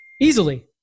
Easily